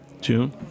June